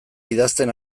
idazten